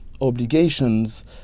obligations